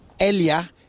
earlier